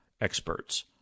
experts